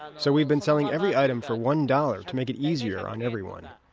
ah so we've been selling every item for one dollar to make it easier on everyone